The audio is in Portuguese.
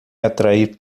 atrair